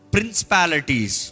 Principalities